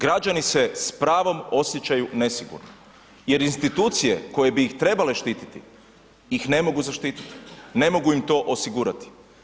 Građani se s pravom osjećaju nesigurno jer institucije koje bi ih trebale štiti ih ne mogu zaštititi, ne mogu im to osigurati.